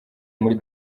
muri